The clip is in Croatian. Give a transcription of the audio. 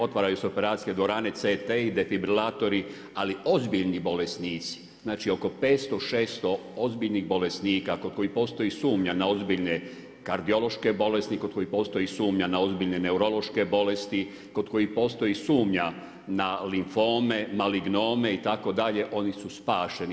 Otvaraju se operacijske dvorane CT, i defibrilatori ali ozbiljni bolesnici, znači oko 500, 600 ozbiljnih bolesnika kod kojih postoji sumnja na ozbiljne kardiološke bolesti, kod kojih postoji sumnja na ozbiljne neurološke bolesti, kod kojih postoji sumnja na limfnome, malignome itd. oni su spašeni.